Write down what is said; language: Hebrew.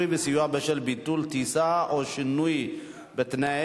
וסיוע בשל ביטול טיסה או שינוי בתנאיה),